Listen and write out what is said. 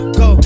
go